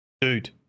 Dude